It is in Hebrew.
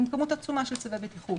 עם כמות עצומה של צווי בטיחות